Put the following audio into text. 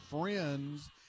friends